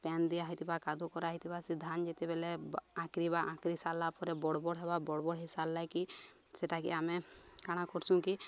ପାନ୍ ଦିଆ ହେଇଥିବା କାଦୁଅ କରା ହେଇଥିବା ସେ ଧାନ ଯେତେବେଳେ ଆଙ୍କିିବା ଆଙ୍କିରି ସାରିଲା ପରେ ବଡ଼ ବଡ଼ ହେବା ବଡ଼ବଡ଼ ହେଇସାରିଲେ କି ସେଟାକିି ଆମେ କାଣା କରୁସୁଁ କି